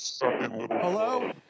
Hello